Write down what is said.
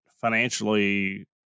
financially